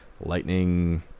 Lightning